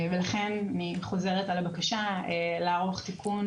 לכן אני חוזרת על הבקשה לערוך תיקון